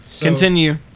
Continue